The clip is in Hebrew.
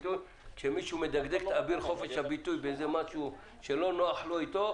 כשמישהו מדבר על משהו שלא נוח לו אתו,